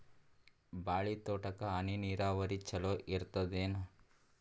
ಬಾಳಿ ತೋಟಕ್ಕ ಹನಿ ನೀರಾವರಿ ಚಲೋ ಇರತದೇನು?